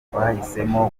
twahisemo